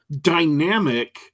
dynamic